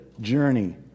journey